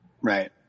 Right